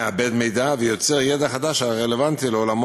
מעבד מידע ויוצר ידע חדש הרלוונטי לעולמו